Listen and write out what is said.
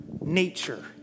nature